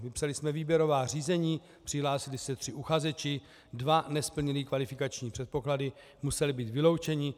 Vypsali jsme výběrová řízení, přihlásili se tři uchazeči, dva nesplnili kvalifikační předpoklady, museli být vyloučeni.